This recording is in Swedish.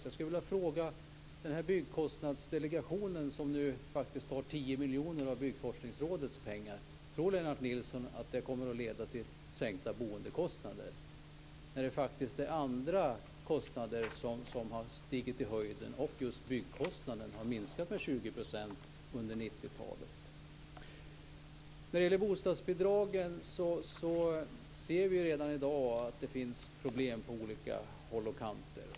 Jag vill ställa en fråga: Tror Lennart Nilsson att de 10 miljoner som Byggkostnadsdelegationen tar av Byggforskningsrådets pengar kommer att leda till sänkta boendekostnader? Det är andra kostnader som har stigit i höjden. Just byggkostnaderna har ju minskat med 20 % under 90-talet. Vi ser redan i dag att det finns problem med bostadsbidragen.